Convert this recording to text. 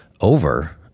over